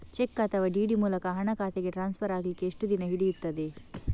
Check ಅಥವಾ DD ಮೂಲಕ ಹಣ ಖಾತೆಗೆ ಟ್ರಾನ್ಸ್ಫರ್ ಆಗಲಿಕ್ಕೆ ಎಷ್ಟು ದಿನ ಹಿಡಿಯುತ್ತದೆ?